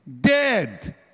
Dead